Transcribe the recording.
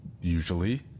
Usually